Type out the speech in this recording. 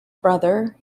brother